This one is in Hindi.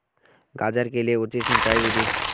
गाजर के लिए उचित सिंचाई विधि?